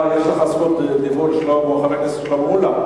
יש לך רשות דיבור, חבר הכנסת מולה.